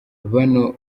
bano